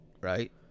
Right